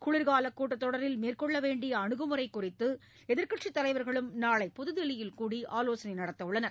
குளிர்காலக் கூட்டத் தொடரில் மேற்கொள்ள வேண்டிய அனுகுமுறை குறித்து எதிர்க்கட்சித் தலைவர்களும் நாளை புதுதில்லியில் கூடி ஆலோசனை நடத்தவுள்ளனர்